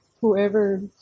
Whoever